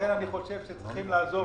עראבה וסחנין קיבלו